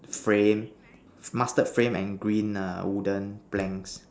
frame mustard frame and green err wooden planks